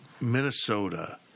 Minnesota